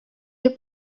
your